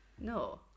No